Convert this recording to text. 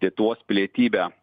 lietuvos pilietybę